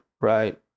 right